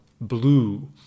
blue